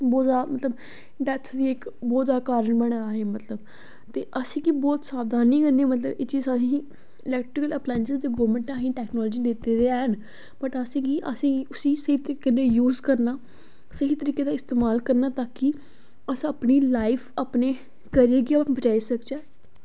बड़ा ज्यादा मतलब डैथ दी इक बहुत ज्यादा कारण बने दा ही मतलब ते असेंगी बहुत सावधानी कन्नै मतलब एह् चीज अगी एप्लीआइसेंस ते गौरमैंट अहें टैक्नालजीस दित्ती दी हैन बट असेंगी उसी स्हेई तरीके कन्नै यूज़़ करना स्हेई तरीके दा इस्तेमाल करना ताकि अस अपनी लाइफ अपने करियर गी अस बचाई सकचै